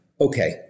okay